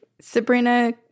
Sabrina